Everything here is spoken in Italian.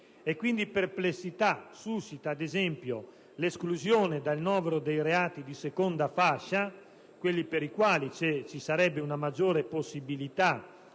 Perplessità suscita, ad esempio, l'esclusione dal novero dei reati di seconda fascia - per i quali ci sarebbe una maggiore possibilità